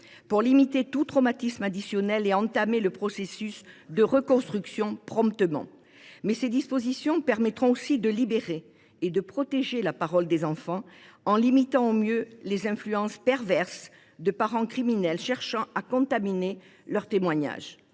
à limiter tout traumatisme additionnel et à entamer le processus de reconstruction promptement. De plus, ces dispositions permettront de libérer et de protéger la parole des enfants en limitant au mieux les influences perverses de parents criminels cherchant à contaminer leur témoignage.